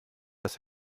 das